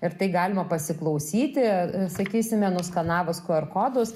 ir tai galima pasiklausyti sakysime nuskanavus qr kodus